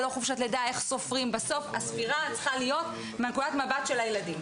איך סופרים בסוף הספירה צריכה להיות מנקודת מבט של הילדים,